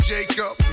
Jacob